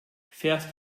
fährst